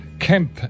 camp